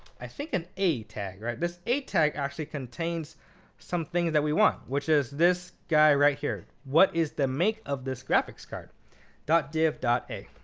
i think, an a tag. this a tag actually contains some things that we want, which is this guy right here. what is the make of this graphics card dot div dot a.